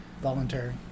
voluntary